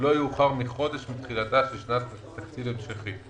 במסגרת התקציב ההמשכי,